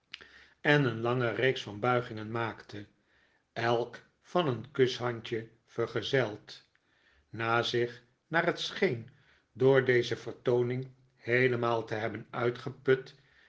en een lange reeks van buigingen maakte elk van een kushandje vergezeld na zich naar het scheen door deze vertooning heelemaal te hebben uitgeput